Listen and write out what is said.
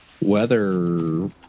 weather